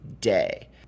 day